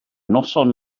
noson